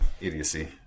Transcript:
Idiocy